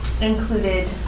included